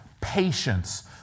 patience